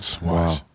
Wow